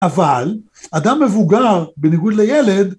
אבל אדם מבוגר בניגוד לילד